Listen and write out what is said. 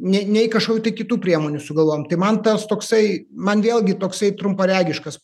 nei nei kažkokių tai kitų priemonių sugalvojam tai man tas toksai man vėlgi toksai trumparegiškas